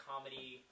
comedy